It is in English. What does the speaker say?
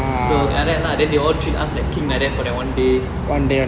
so like that lah then they all treat us like king like that for that one day